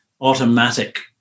automatic